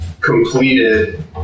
completed